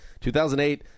2008